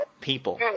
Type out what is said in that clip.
people